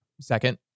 Second